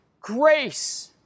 grace